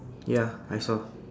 ya I saw